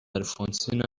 alphonsine